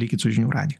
likit su žinių radiju